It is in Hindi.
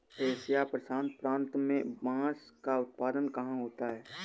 एशिया प्रशांत प्रांत में बांस का उत्पादन कहाँ होता है?